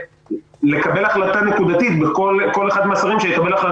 וצריך להדגיש שבפעם הקודמת גם סגני שרים היו בהוראת